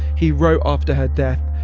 he wrote after her death,